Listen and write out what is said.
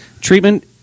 Treatment